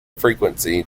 frequency